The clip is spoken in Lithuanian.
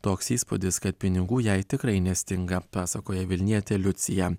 toks įspūdis kad pinigų jai tikrai nestinga pasakoja vilnietė liucija